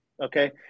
Okay